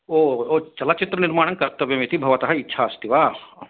ओ चलचित्रनिर्माणं कर्तव्यम् इति भवतः इच्छा अस्ति वा